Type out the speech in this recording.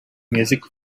music